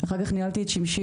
אחר כך ניהלתי את נופית,